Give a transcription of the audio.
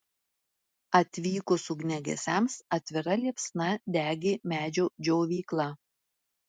atvykus ugniagesiams atvira liepsna degė medžio džiovykla